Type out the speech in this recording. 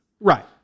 Right